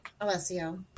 Alessio